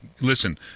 Listen